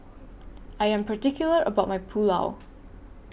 I Am particular about My Pulao